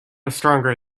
stronger